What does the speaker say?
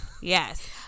Yes